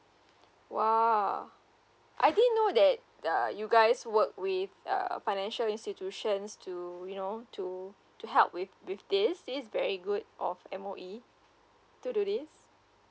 !wow! I didn't know that uh you guys work with uh financial institutions to you know to to help with with this this is very good of M_O_E to do this